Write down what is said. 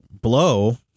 blow